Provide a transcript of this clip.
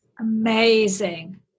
Amazing